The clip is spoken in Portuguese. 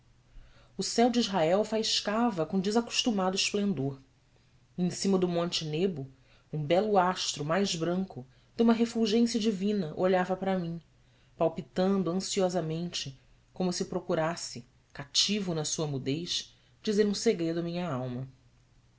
o céu de israel faiscava com desacostumado esplendor e em cima do monte nebo um belo astro mais branco de uma refulgência divina olhava para mim palpitando ansiosamente como se procurasse cativo na sua mudez dizer um segredo à minha alma